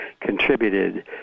contributed